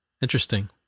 Interesting